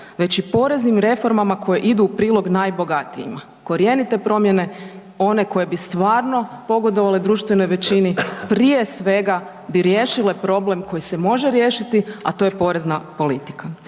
već i poreznim reformama koje idu u prilog najbogatijima, korjenite promjene one koje bi stvarno pogodovale društvenoj većini prije svega bi riješile problem koji se može riješiti a to je porezna politika.